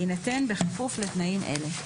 יינתן בכפוף לתנאים אלה: